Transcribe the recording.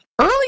early